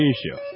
Asia